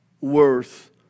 worth